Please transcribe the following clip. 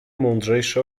mądrzejsze